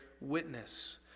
witness